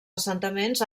assentaments